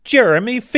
Jeremy